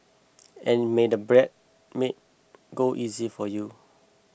and may the bridesmaid go easy for you